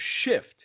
shift